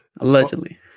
Allegedly